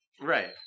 Right